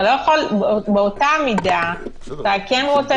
אתה לא יכול באותה מידה אתה כן רוצה